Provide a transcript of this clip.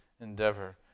endeavor